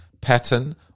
pattern